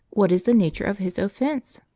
what is the nature of his offence?